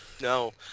No